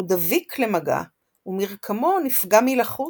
הוא דביק למגע, ומרקמו נפגע מלחות.